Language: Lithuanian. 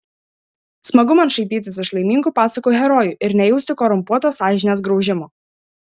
smagu man šaipytis iš laimingų pasakų herojų ir nejausti korumpuotos sąžinės graužimo